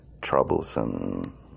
Troublesome